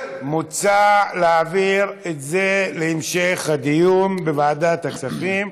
מוצע להעביר את זה להמשך הדיון בוועדת הכספים.